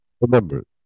Remember